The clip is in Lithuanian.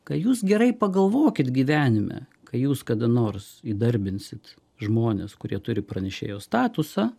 ką jūs gerai pagalvokit gyvenime kai jūs kada nors įdarbinsit žmones kurie turi pranešėjo statusą